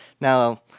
Now